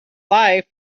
life